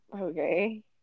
Okay